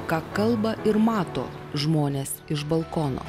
ką kalba ir mato žmonės iš balkono